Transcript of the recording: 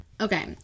Okay